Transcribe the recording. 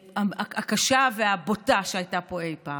הקשה והבוטה שהייתה פה אי פעם.